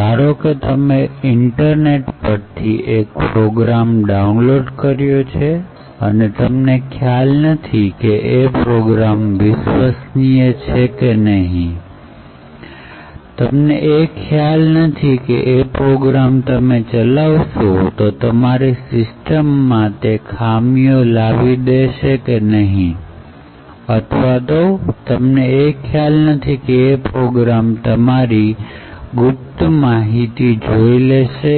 ધારો કે તમે ઇન્ટરનેટ પરથી એક પ્રોગ્રામ ડાઉનલોડ કર્યો છે અને તમને ખ્યાલ નથી કે એ પ્રોગ્રામ વિશ્વસનીય છે કે નહીં તમને એ ખ્યાલ નથી કે એ પ્રોગ્રામ તમે ચલાવશો તો તમારી સિસ્ટમ માં ખામીઓ લાવી દેશે કે નહીં અથવા તો તમને એ ખ્યાલ નથી કે એ પ્રોગ્રામ તમારી સીક્રેટ માહિતી જોઈ લેશે